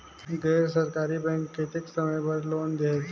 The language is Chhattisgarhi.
गैर सरकारी बैंक कतेक समय बर लोन देहेल?